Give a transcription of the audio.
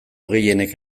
gehienek